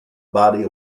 body